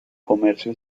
comercio